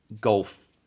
golf